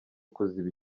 kuziba